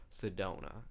Sedona